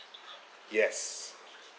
yes